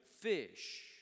fish